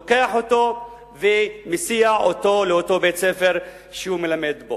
הוא לוקח אותו ומסיע אותו לאותו בית-ספר שהוא מלמד בו.